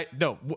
No